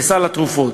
לסל התרופות,